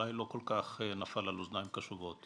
ואולי לא כל כך נפל על אוזניים קשובות.